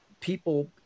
people